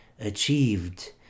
achieved